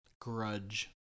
grudge